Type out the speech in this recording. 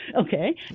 okay